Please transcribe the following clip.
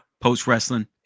post-wrestling